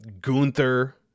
Gunther